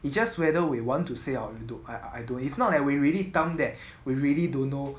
it just whether we want to say or we don't I I don't if not that we really dumb that we really don't know